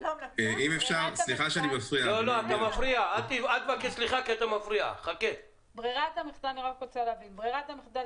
לא המלצה --- אני רק רוצה להבין: ברירת המחדל